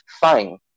fine